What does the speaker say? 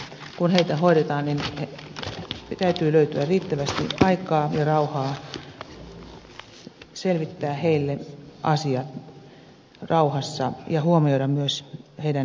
kun heitä hoidetaan niin täytyy löytyä riittävästi aikaa ja rauhaa selvittää heille asiat rauhassa ja huomioida myös heidän elämäntilanteensa